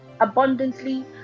abundantly